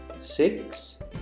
six